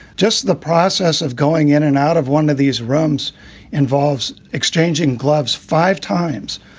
just the process of going in and out of one of these rooms involves exchanging gloves five times.